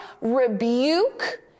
rebuke